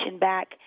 back